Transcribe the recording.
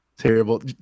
terrible